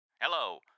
Hello